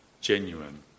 genuine